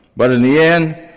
but in the end,